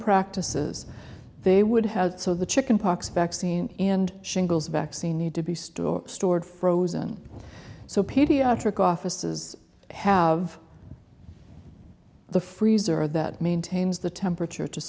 practices they would have so the chicken pox vaccine and shingles vaccine need to be stored stored frozen so pediatric offices have the freezer that maintains the temperature to